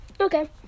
Okay